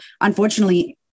unfortunately